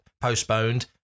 postponed